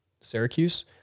Syracuse